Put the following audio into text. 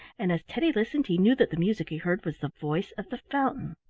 and as teddy listened he knew that the music he heard was the voice of the fountain.